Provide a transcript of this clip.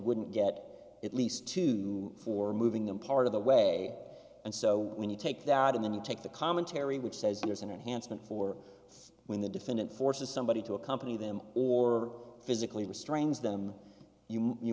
wouldn't get at least two for moving them part of the way and so when you take that in then you take the commentary which says there's an enhancement for when the defendant forces somebody to accompany them or physically restrains them you you